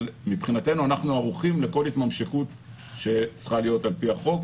אבל מבחינתנו אנחנו ערוכים לכל התממשקות שצריכה להיות על פי החוק,